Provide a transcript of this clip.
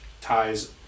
ties